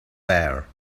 bare